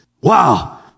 Wow